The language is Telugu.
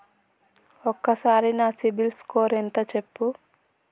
ఒక్కసారి నా సిబిల్ స్కోర్ ఎంత చెప్పు?